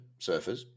surfers